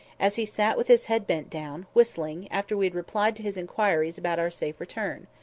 as he sat with his head bent down, whistling, after we had replied to his inquiries about our safe return.